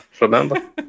remember